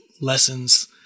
lessons